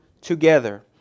together